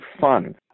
fun